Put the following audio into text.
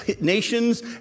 nations